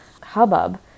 hubbub